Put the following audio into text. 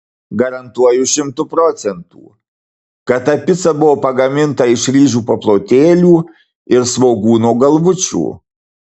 garantuoju šimtu procentų kad ta pica buvo pagaminta iš ryžių paplotėlių ir svogūno galvučių